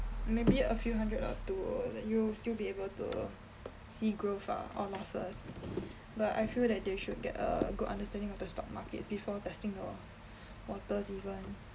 maybe a few hundred or two that you'll still be able to see growth ah or losses but I feel that they should get a good understanding of the stock markets before testing of waters even